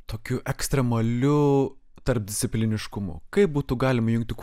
tokiu ekstremaliu tarpdiscipliniškumu kaip būtų galima jungti kuo